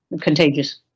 contagious